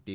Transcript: T